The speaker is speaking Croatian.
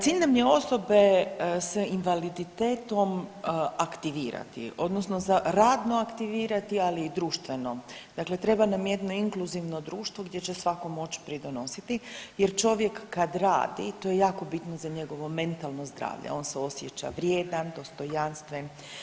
Cilj nam je osobe sa invaliditetom aktivirati odnosno radno aktivirati, ali i društveno, dakle treba nam jedno inkluzivno društvo gdje će svatko moć pridonositi jer čovjek kad radi to je jako bitno za njegovo mentalno zdravlje, on se osjeća vrijedan, dostojanstven.